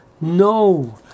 No